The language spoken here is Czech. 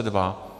2.